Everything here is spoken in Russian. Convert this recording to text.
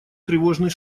тревожный